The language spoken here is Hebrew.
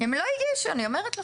הם לא הגישו, אני אומרת לך.